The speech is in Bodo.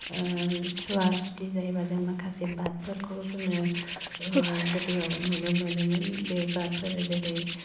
ओह सुवा सुथि जायोब्ला जों माखासे बादफोरखौ जोङो ओह गोदोयाव नुनो मोनोमोन बे बादफोरा जेरै